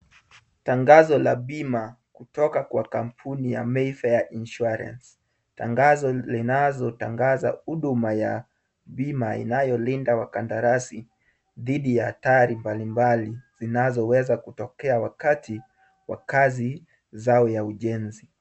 Tangazo la bima kutoka kwa kampuni ya Mayfair insurance. Tangazo linazotangaza huduma ya bima inayolinda wakadarasi, dhidi ya hatari mbalimbali zinazoweza kutokea wakati wa kazi zao ya ujenzi.